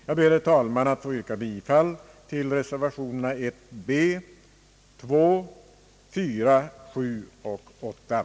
Jag ber, herr talman, att få yrka bifall till reservationerna 1 b, 2, 4, 7 och 8 a.